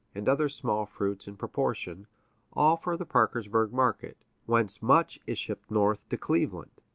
and other small-fruits in proportion all for the parkersburg market, whence much is shipped north to cleveland.